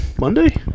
Monday